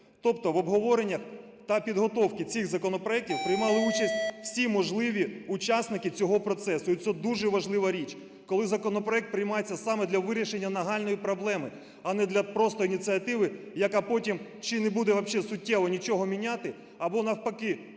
Тобто в обговоренні та підготовці цих законопроектів приймали участь всі можливі учасники цього процесу. І це дуже важлива річ, коли законопроект приймається саме для вирішення нагальної проблеми, а не для просто ініціативи, яка потім чи не буде вообще суттєвого нічого міняти, або навпаки